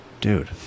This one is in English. dude